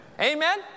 Amen